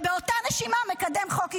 ובאותה נשימה מקדם חוק השתמטות.